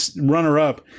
runner-up